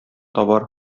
табар